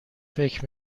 فکر